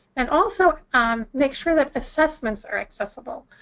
and also um make sure that assessments are accessible.